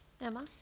Emma